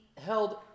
held